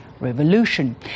revolution